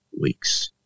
weeks